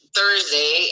Thursday